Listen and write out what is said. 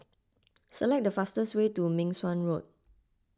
select the fastest way to Meng Suan Road